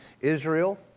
Israel